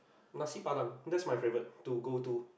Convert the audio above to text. Nasi-Padang that's my favourite to go to